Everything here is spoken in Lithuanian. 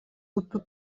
upių